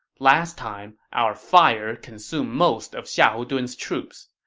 last time, our fire consumed most of xiahou dun's troops.